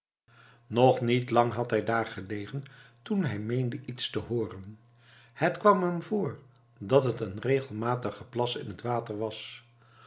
nog niet lang had hij daar gelegen toen hij meende iets te hooren het kwam hem voor dat het een regelmatig geplas in het water was